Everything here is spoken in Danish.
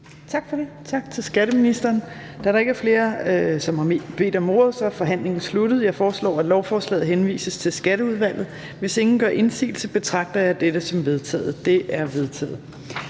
Torp): Tak til skatteministeren. Da der ikke er flere, som har bedt om ordet, er forhandlingen sluttet. Jeg foreslår, at lovforslaget henvises til Skatteudvalget. Hvis ingen gør indsigelse, betragter jeg dette som vedtaget. Det er vedtaget.